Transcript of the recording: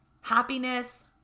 happiness